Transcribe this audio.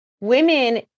Women